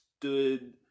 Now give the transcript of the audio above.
stood